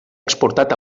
exportat